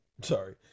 Sorry